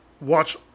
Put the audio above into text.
watch